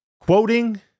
quoting